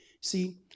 See